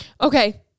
Okay